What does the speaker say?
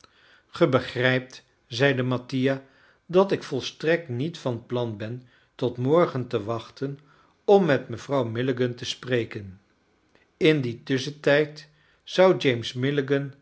ge begrijpt zeide mattia dat ik volstrekt niet van plan ben tot morgen te wachten om met mevrouw milligan te spreken in dien tusschentijd zou james milligan